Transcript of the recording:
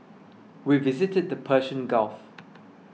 we visited the Persian Gulf